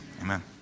Amen